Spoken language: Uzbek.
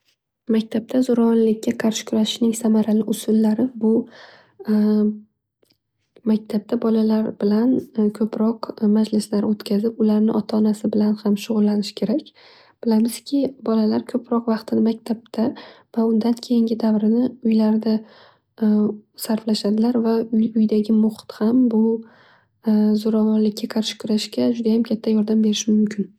Maktabda zo'ravonlikga qarshi kurashishning samarali usullari bu maktabda bolalar bilan ko'proq majlislar o'tkazib ularni ota onasi bilan ham shug'ullanish kerak. Bilamizki bolalar ko'proq vaqtini maktabda maktabdan keyingi davrini uylarida sarflashadilar va uydagi muhit ham bu zo'ravonlikga qarshi kurashda juda ham katta yordam berishi mumkin.